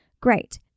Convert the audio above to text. Great